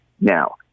now